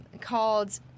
called